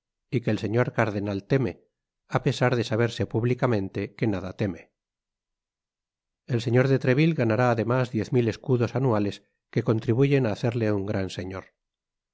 y que el señor cardenal teme apesar de saberse públicamente que nada teme el señor de treville gana además diez mil escudos anuales que contribuyen á hacerle un gran señor